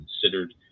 considered